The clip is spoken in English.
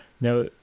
Now